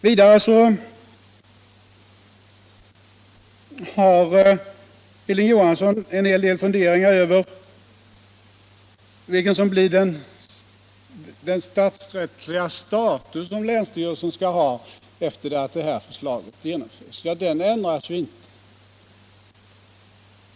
Vidare hade Hilding Johansson en hel del funderingar över vilken statsrättslig status länsstyrelsen kommer att få sedan detta förslag har genomförts. Den ändras ju inte!